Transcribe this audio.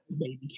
baby